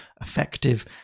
effective